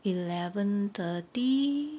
eleven thirty